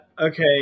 Okay